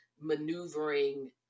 maneuvering